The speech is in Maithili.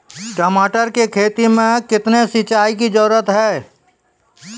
टमाटर की खेती मे कितने सिंचाई की जरूरत हैं?